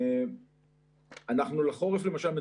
לחורף למשל,